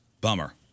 Bummer